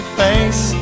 face